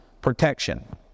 Protection